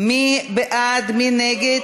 עבד אל חכים